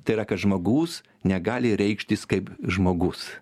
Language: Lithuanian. tai yra kad žmogus negali reikštis kaip žmogus